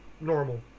normal